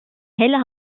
helle